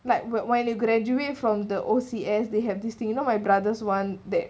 like when when you graduate from the O_C_S they have this thing you know my brother's one that